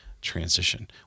transition